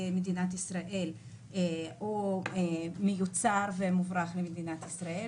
או מיוצר ומוברח למדינת ישראל.